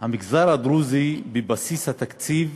המגזר הדרוזי, בבסיס התקציב,